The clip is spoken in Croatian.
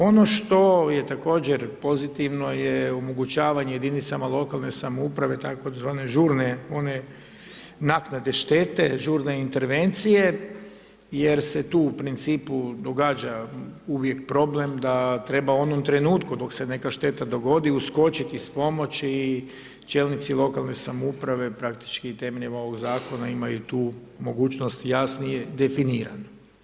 Ono što je također pozitivno je omogućavanje jedinicama lokalne samouprave tzv. žurne one naknade štete, žurne intervencije jer se tu u principu događa uvijek problem da treba u onom trenutku dok se neka šteta dogodi uskočiti s pomoći i čelnici lokalne samouprave praktički temeljem ovog zakona imaju tu mogućnost jasnije definiranu.